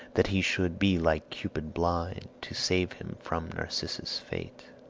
that he should be like cupid blind, to save him from narcissus' fate.